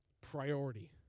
Priority